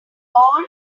all